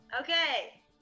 Okay